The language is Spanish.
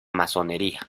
masonería